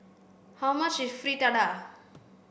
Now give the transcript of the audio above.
how much is Fritada